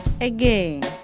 again